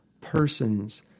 persons